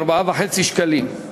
4.5 שקלים.